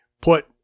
put